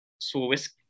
swiss